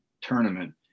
tournament